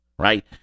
Right